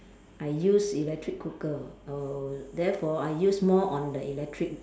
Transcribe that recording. I use electric cooker err therefore I use more on the electric